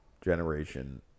generation